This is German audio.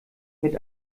mit